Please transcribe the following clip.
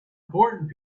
important